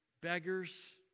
beggars